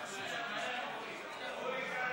ההצעה להעביר את הצעת חוק לתיקון